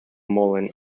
mullen